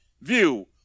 view